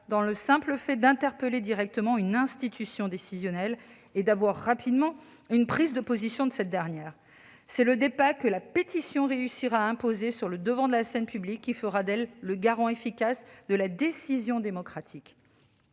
dans le simple fait d'interpeller directement une institution décisionnelle et d'avoir, rapidement, une prise de position de cette dernière. C'est le débat que la pétition réussira à imposer sur le devant de la scène publique qui fera d'elle le garant efficace de la décision démocratique.